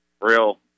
real